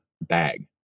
bag